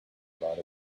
lot